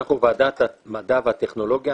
אנחנו בוועדת המדע והטכנולוגיה,